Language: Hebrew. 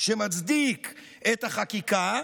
שמצדיק את החקיקה,